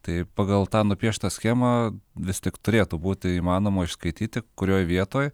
tai pagal tą nupieštą schemą vis tik turėtų būti įmanoma išskaityti kurioj vietoj